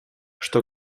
что